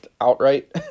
outright